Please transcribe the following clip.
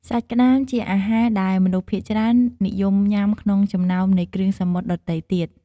សាច់ក្តាមជាអាហារដែលមនុស្សភាគច្រើននិយមញុាំក្នុងចំណោមនៃគ្រឿងសមុទ្រដទៃទៀត។